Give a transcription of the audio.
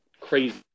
crazy